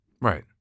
Right